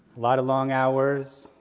lot of long hours,